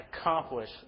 accomplish